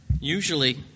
usually